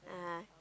ah